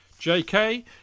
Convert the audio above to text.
JK